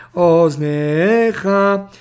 oznecha